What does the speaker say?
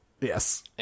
Yes